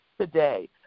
today